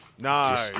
no